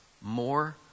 more